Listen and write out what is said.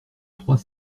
trois